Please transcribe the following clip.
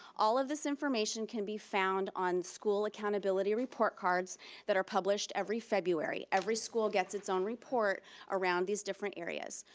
all of this information can be found on school accountability report cards that are published every february. every school gets its own report around these different areas.